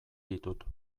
ditut